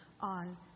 on